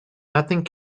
nothing